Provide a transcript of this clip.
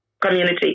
community